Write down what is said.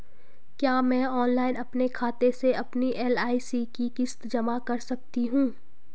क्या मैं ऑनलाइन अपने खाते से अपनी एल.आई.सी की किश्त जमा कर सकती हूँ?